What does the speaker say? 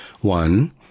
one